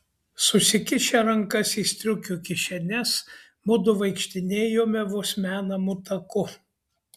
susikišę rankas į striukių kišenes mudu vaikštinėjome vos menamu taku